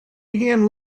began